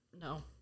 No